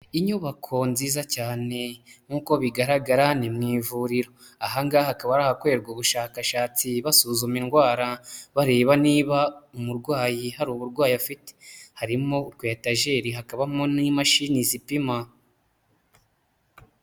Inyubako nziza cyane nk'uko bigaragara ni mu ivuriro, aha ngaha hakaba ari ahakorerwa ubushakashatsi, basuzuma indwara, bareba niba umurwayi hari uburwayi afite, harimo utwetajeri hakabamo n'imashini zipima.